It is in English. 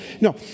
no